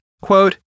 Quote